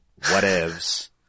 Whatevs